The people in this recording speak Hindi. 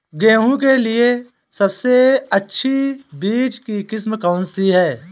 गेहूँ के लिए सबसे अच्छी बीज की किस्म कौनसी है?